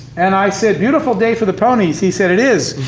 and i said, beautiful day for the ponies. he said, it is.